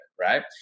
right